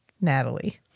Natalie